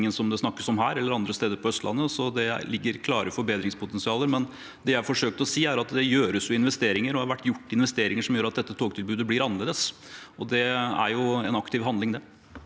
det snakkes om her, eller andre steder på Østlandet, så det er et klart forbedringspotensial. Det jeg forsøkte å si, er at det gjøres og har vært gjort investeringer som gjør at dette togtilbudet blir annerledes, og det er jo en aktiv handling.